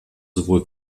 sowohl